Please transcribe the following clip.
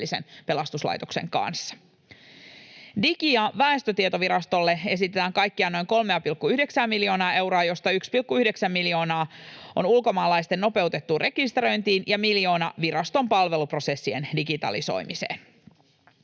pelastuslaitoksen kanssa. Digi- ja väestötietovirastolle esitetään kaikkiaan noin 3,9:ää miljoonaa euroa, josta 1,9 miljoonaa on ulkomaalaisten nopeutettuun rekisteröintiin ja miljoona viraston palveluprossien digitalisoimiseen.